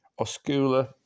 Oscula